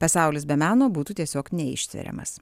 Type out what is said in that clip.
pasaulis be meno būtų tiesiog neištveriamas